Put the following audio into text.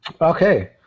Okay